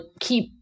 keep